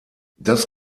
das